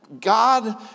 God